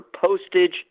postage